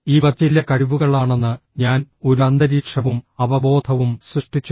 ഇവ ചില കഴിവുകളാണെന്ന് ഞാൻ ഒരു അന്തരീക്ഷവും അവബോധവും സൃഷ്ടിച്ചു